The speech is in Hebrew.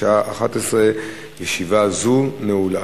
בשעה 11:00. ישיבה זו נעולה.